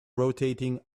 rotating